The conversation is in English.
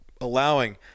allowing